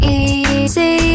easy